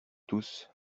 tous